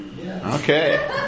Okay